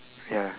ya